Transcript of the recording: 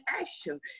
action